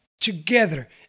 together